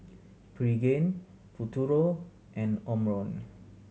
Pregain Futuro and Omron